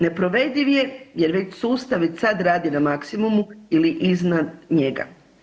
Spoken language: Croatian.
Neprovediv je jer već sustav i sad radi na maksimumu ili iznad njega.